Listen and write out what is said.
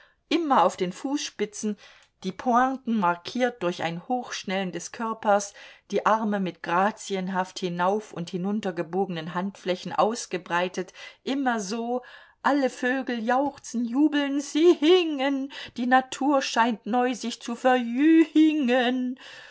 immer auf den fußspitzen die pointen markiert durch ein hochschnellen des körpers die arme mit grazienhaft hinauf und hinuntergebogenen handflächen ausgebreitet immer so alle vögel jauchzen jubeln si hi ngen die natur scheint neu sich zu